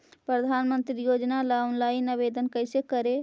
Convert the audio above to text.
प्रधानमंत्री योजना ला ऑनलाइन आवेदन कैसे करे?